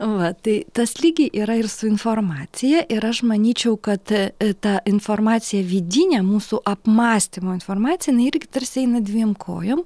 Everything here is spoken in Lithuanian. va tai tas lygiai yra ir su informacija ir aš manyčiau kad ta informacija vidinė mūsų apmąstymo informacija jinai irgi tarsi eina dviem kojom